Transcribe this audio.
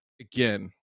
again